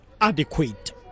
adequate